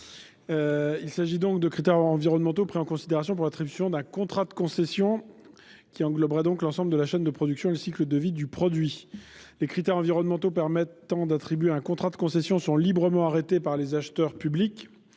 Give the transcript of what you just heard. en compte des critères environnementaux pour l'attribution d'un contrat de concession, qui engloberaient l'ensemble de la chaîne de production et le cycle de vie du produit. Les critères environnementaux permettant d'attribuer un contrat de concession sont librement arrêtés par les acheteurs publics.